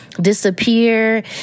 Disappear